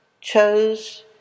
chose